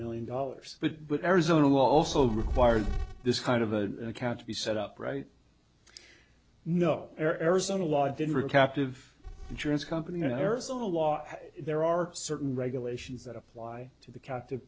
million dollars but but arizona law also required this kind of a count to be set up right no arizona law didn't captive insurance company in arizona law there are certain regulations that apply to the cap to